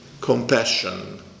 compassion